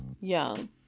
Young